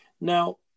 Now